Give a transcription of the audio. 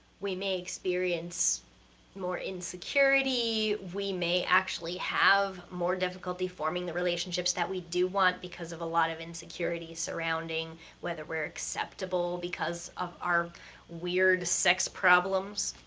we may experience more insecurity, we may actually have more difficulty forming the relationships that we do want because of a lot of insecurity surrounding whether we're acceptable because of our weird sex problems.